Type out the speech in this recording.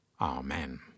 Amen